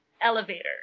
elevator